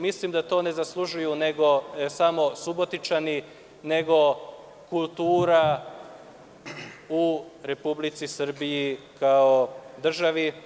Mislim da to zaslužuju ne samo Subotičani, nego kultura u Republici Srbiji kao državi.